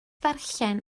ddarllen